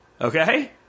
okay